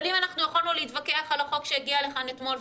אבל אם אנחנו יכולנו להתווכח על החוק שהגיע לכאן אתמול,